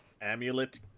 amulet